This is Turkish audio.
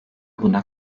buna